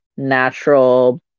Natural